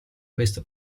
questo